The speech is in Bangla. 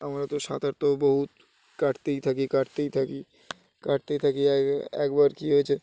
আমরা তো সাঁতার তো বহুত কাটতেই থাকি কাটতেই থাকি কাটতেই থাকি এক একবার কী হয়েছে